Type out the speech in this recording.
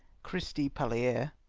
christie pauiere,